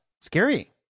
scary